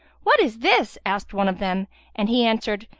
what is this? asked one of them and he answered,